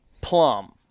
plum